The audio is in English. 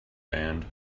band